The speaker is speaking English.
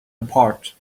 apart